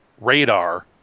radar